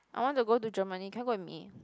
I want to go to Germany can you go with me